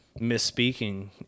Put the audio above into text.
misspeaking